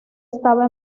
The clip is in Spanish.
estaba